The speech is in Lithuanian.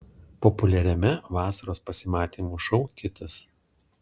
populiariame vasaros pasimatymų šou kitas